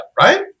right